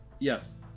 Yes